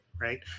right